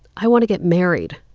i want to get married.